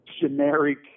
generic